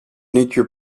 nature